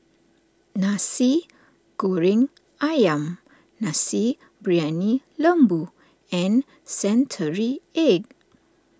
Nasi Goreng Ayam Nasi Briyani Lembu and Century Egg